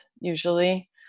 usually